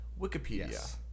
Wikipedia